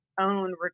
own